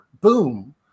boom